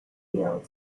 field